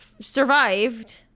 survived